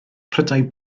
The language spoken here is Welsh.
prydau